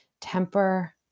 temper